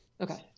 Okay